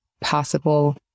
possible